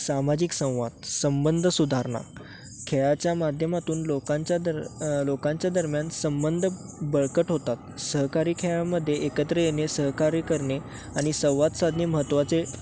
सामाजिक संवाद संबंध सुधारणा खेळाच्या माध्यमातून लोकांच्या दर लोकांच्या दरम्यान संबंध बळकट होतात सहकारी खेळामध्ये एकत्र येणे सहकार्य करणे आणि संवाद साधणे महत्त्वाचे